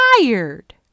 tired